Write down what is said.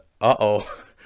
uh-oh